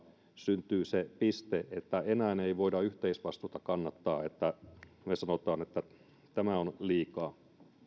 syntyy se piste että enää ei voida yhteisvastuuta kannattaa että me sanomme että tämä on